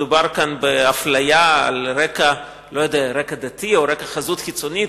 מדובר כאן באפליה על רקע דתי או על רקע חזות חיצונית,